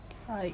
sike